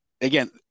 again